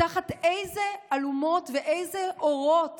תחת איזה אלומות ואיזה אורות